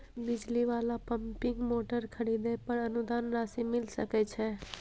बिजली वाला pumping motor खरीदे पर अनुदान राशि मिल सके छैय?